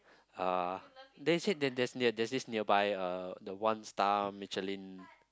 uh there's that there's near there's this nearby uh the one star Michelin